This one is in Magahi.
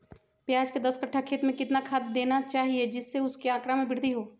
प्याज के दस कठ्ठा खेत में कितना खाद देना चाहिए जिससे उसके आंकड़ा में वृद्धि हो?